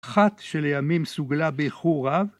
אחת שלימים סוגלה באיחור רב